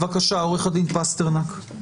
בבקשה, עורך הדין פסטרנק.